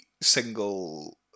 single